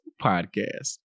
Podcast